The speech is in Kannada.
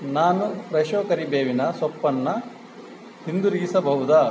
ನಾನು ಫ್ರೆಶೋ ಕರಿಬೇವಿನ ಸೊಪ್ಪನ್ನು ಹಿಂದಿರುಗಿಸಬಹುದ